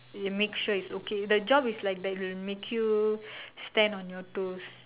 you make sure it's okay the job is like that it makes you stand on your toes